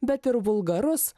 bet ir vulgarus